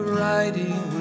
riding